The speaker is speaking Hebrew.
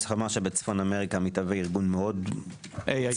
בצפון אמריקה מתהווה ארגון מאוד עוצמתי,